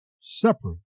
separate